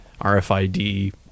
RFID